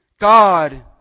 God